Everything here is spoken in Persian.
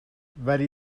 ولی